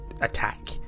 attack